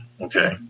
okay